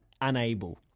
Unable